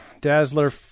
Dazzler